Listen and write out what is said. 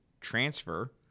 transfer